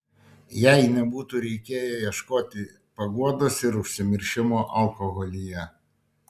jai nebūtų reikėję ieškoti paguodos ir užsimiršimo alkoholyje